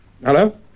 Hello